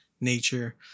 nature